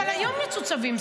אבל היום יצאו צווים,